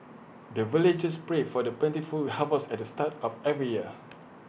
the villagers pray for the plentiful harvest at the start of every year